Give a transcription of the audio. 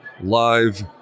live